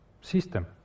system